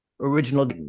original